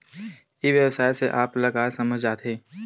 ई व्यवसाय से आप ल का समझ आथे?